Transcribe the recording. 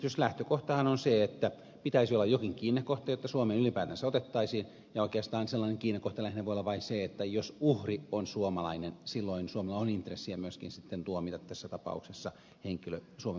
tietysti lähtökohtahan on se että pitäisi olla jokin kiinnekohta jotta suomeen ylipäätänsä otettaisiin merirosvoja ja oikeastaan sellainen kiinnekohta voi olla lähinnä vain se että jos uhri on suomalainen silloin suomella on intressiä myöskin sitten tuomita tässä tapauksessa henkilö suomen maaperällä